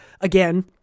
Again